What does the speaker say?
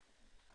(ב).